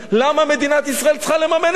למה מדינת ישראל צריכה לממן את זה?